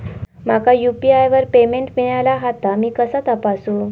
माका यू.पी.आय वर पेमेंट मिळाला हा ता मी कसा तपासू?